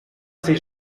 ces